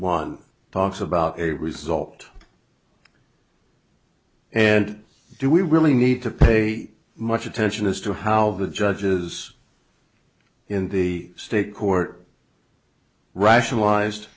one talks about a result and do we really need to pay much attention as to how the judges in the state court rationalized